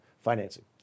financing